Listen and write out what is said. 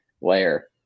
layer